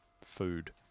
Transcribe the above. food